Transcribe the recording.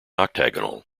octagonal